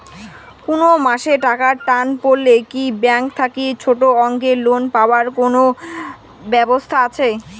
কুনো মাসে টাকার টান পড়লে কি ব্যাংক থাকি ছোটো অঙ্কের লোন পাবার কুনো ব্যাবস্থা আছে?